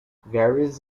various